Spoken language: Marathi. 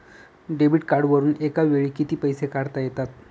डेबिट कार्डवरुन एका वेळी किती पैसे काढता येतात?